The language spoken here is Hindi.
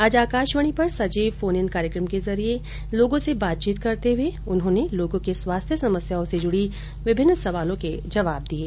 आज आकाशवाणी पर सजीव फोन इन कार्यक्रम के जरिये लोगों से बातचीत करते हुए उन्होंने लोगो के स्वास्थ्य समस्याओं से जुडे विभिन्न सवालों के जवाब दिये